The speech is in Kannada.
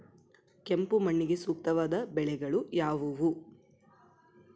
ಕೆಂಪು ಮಣ್ಣಿಗೆ ಸೂಕ್ತವಾದ ಬೆಳೆಗಳು ಯಾವುವು?